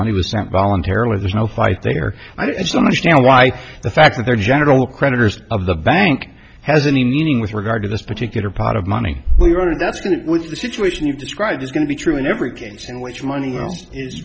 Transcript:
money was sent voluntarily there's no fight there i just don't understand why the fact that their general creditors of the bank has any meaning with regard to this particular pot of money we run a definite was the situation you described is going to be true in every case in which money will